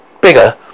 bigger